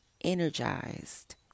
energized